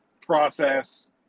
process